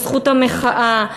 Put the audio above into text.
לזכות המחאה,